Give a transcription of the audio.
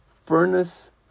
furnace